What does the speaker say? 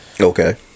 Okay